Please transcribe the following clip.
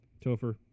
Topher